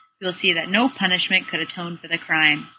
you will see that no punishment could atone for the crime.